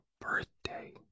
birthday